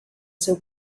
seu